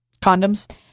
Condoms